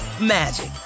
magic